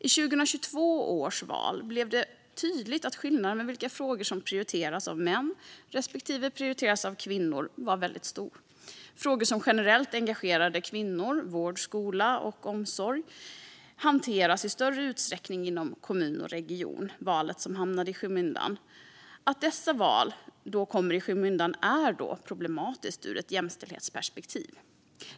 I 2022 års val blev det tydligt att skillnaden mellan vilka frågor som prioriterades av män respektive kvinnor var stor. Frågor som generellt engagerade kvinnor - vård, skola och omsorg - hanteras i högre utsträckning inom kommun och region. Att dessa val då kommer i skymundan är problematiskt även ur ett jämställdhetsperspektiv.